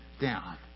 down